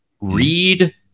read